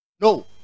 No